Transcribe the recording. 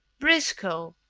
briscoe!